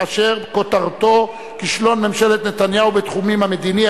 שכותרתו: כישלון ממשלת נתניהו בתחומים המדיני,